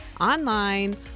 online